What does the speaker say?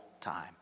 time